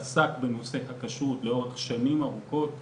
הוא עסק בנושא הכשרות לאורך שנים ארוכות,